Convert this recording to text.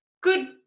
good